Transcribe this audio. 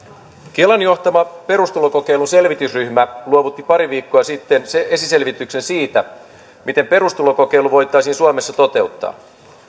kelan johtama perustulokokeiluselvitysryhmä luovutti pari viikkoa sitten esiselvityksen siitä miten perustulokokeilu voitaisiin suomessa toteuttaa